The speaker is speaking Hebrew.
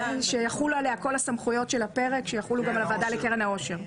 שיחולו עליה כל הסמכויות שיחולו גם על הוועדה לקרן האושר.